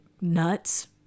nuts